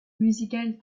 musical